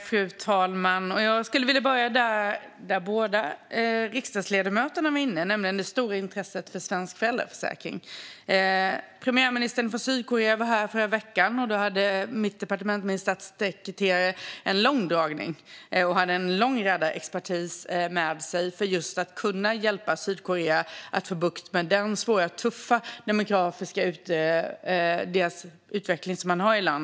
Fru talman! Jag vill börja med det som båda riksdagsledamöterna var inne på, nämligen det stora intresset för svensk föräldraförsäkring. Premiärministern i Sydkorea var här förra veckan, och då hade mitt departement och min statssekreterare en lång dragning tillsammans med en lång rad experter för att hjälpa Sydkorea att få bukt med sin svåra demografiska utmaning.